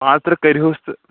پانٛژھ تٔرٛہ کٔرۍہُس تہٕ